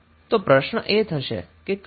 તો પ્રશ્ન એ થશે કે કઈ રીતે